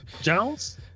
Jones